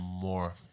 more